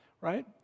right